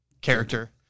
character